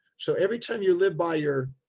so every time you live by your,